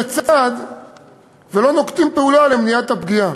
הצד ולא נוקטים פעולה למניעת הפגיעה.